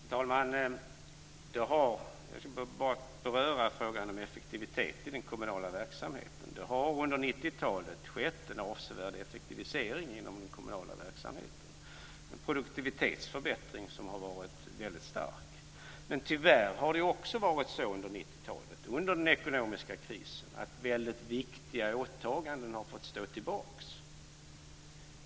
Fru talman! Jag ska börja med att beröra frågan om effektivitet inom den kommunala verksamheten. Under 90-talet har det skett en avsevärd effektivisering inom den kommunala verksamheten. Produktivitetsförbättringen har varit väldigt stark. Tyvärr har det också varit så under 90-talet och den ekonomiska krisen att väldigt viktiga åtaganden har fått stå tillbaka.